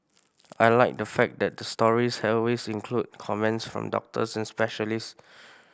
I like the fact that the stories always include comments from doctors and specialists